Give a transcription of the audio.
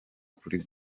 kuri